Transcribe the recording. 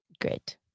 great